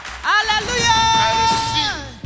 Hallelujah